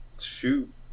Shoot